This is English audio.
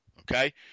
okay